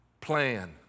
plan